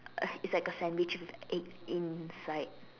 uh it's like a sandwich with eggs inside